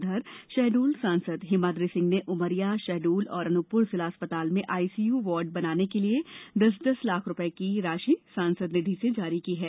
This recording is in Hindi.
उधर शहडोल सांसद हिमाद्रि सिंह ने उमरिया शहडोल और अनूपप्र जिला अस्पताल में आईसीयू वार्ड बनाने के लिए दस दस लाख रुपये की राशि सांसद निधि से जारी की है